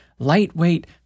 lightweight